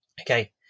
Okay